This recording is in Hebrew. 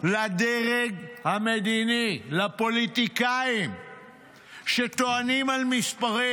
לדרג המדיני, לפוליטיקאים שטוענים על מספרים.